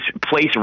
place